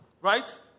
right